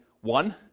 one